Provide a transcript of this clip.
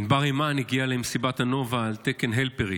ענבר הימן הגיעה למסיבת הנובה על תקן הלפרית,